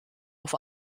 auf